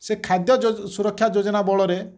ସେ ଖାଦ୍ୟ ସୁରକ୍ଷା ଯୋଜନା ବଳରେ